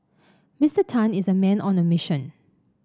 Mister Tan is a man on a mission